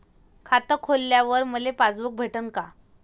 खातं खोलल्यावर मले पासबुक भेटन का?